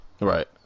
Right